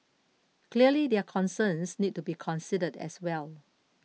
clearly their concerns need to be considered as well